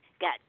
got